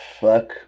fuck